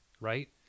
right